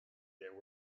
there